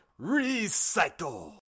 Recycle